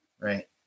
Right